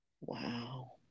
wow